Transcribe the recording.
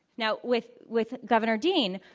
now, with with governor dean,